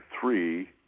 three